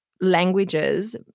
languages